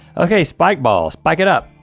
okay, spike ball, spike it up.